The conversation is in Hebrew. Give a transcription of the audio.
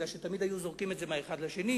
מפני שתמיד היו זורקים את זה מאחד לשני.